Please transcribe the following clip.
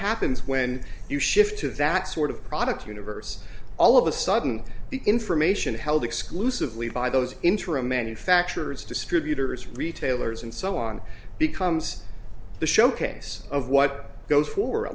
happens when you shift to that sort of product universe all of a sudden the information held exclusively by those interim manufacturers distributers retailers and so on becomes the showcase of what